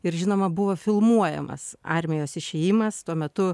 ir žinoma buvo filmuojamas armijos išėjimas tuo metu